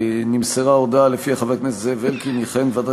נמסרה הודעה שלפיה חבר הכנסת זאב אלקין יכהן בוועדת